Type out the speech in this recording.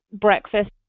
breakfast